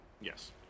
Yes